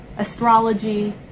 astrology